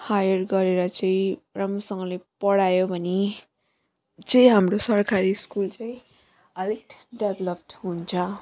higher गरेर चाहिँ राम्रोसँगले पढायो भने चाहिँ हाम्रो सरखारी स्कुल चाहिँ अलिक डेभलप्ड हुन्छ